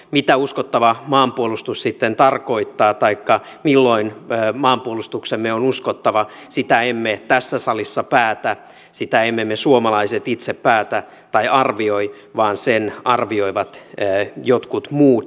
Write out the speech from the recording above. mitä uskottava maanpuolustus sitten tarkoittaa taikka milloin maanpuolustuksemme on uskottava sitä emme tässä salissa päätä sitä emme me suomalaiset itse päätä tai arvioi vaan sen arvioivat jotkut muut